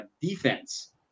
defense